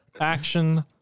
Action